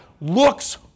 looks